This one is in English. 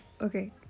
okay